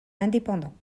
indépendants